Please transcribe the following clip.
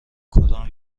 کدام